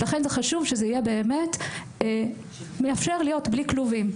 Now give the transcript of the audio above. לכן חשוב שזה יאפשר להיות בלי כלובים.